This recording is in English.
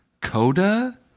Coda